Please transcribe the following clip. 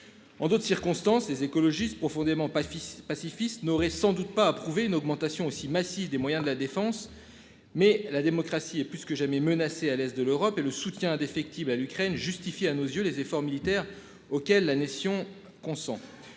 En d'autres circonstances, les écologistes profondément pacifiste pacifiste n'aurait sans doute pas approuver une augmentation aussi massive des moyens de la défense. Mais la démocratie est plus que jamais menacée à l'Est de l'Europe et le soutien indéfectible à l'Ukraine justifie à nos yeux les efforts militaires auxquels la nation consent